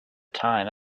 time